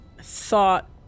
thought